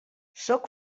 sóc